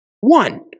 one